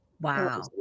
Wow